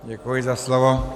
Děkuji za slovo.